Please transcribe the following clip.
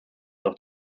doch